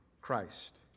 Christ